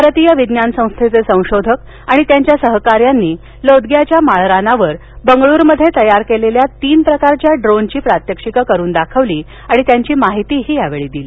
भारतीय विज्ञान संस्थेचे संशोधक आणि त्यांच्या सहकाऱ्यानी लोदग्याच्या माळरानावर बेंगलोर मध्ये तयार केलेल्या तिन प्रकारच्या ड्रोनचे प्रात्यक्षिके करुन दाखवली आणि त्याची माहिती यावेळी दिली